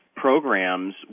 programs